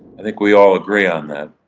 i think we all agree on that,